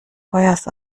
feuers